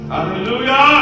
Hallelujah